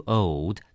old